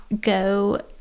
go